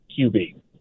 QB